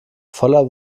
voller